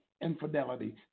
infidelity